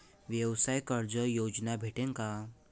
व्यवसाय कर्ज योजना भेटेन का?